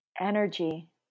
energy